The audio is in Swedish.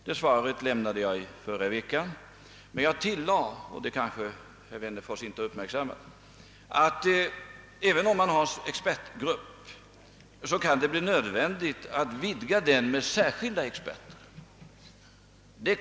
Detta svar lämnade jag i förra veckan, men jag tillade också, vilket herr Wennerfors kanske inte uppmärksammade, att det, även om man har en expertgrupp, kan bli nödvändigt att utöka denna med särskilda experter.